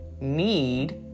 need